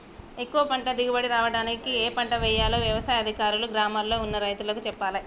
ఎక్కువ పంట దిగుబడి రావడానికి ఏ పంట వేయాలో వ్యవసాయ అధికారులు గ్రామాల్ల ఉన్న రైతులకు చెప్పాలే